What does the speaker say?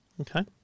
Okay